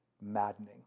maddening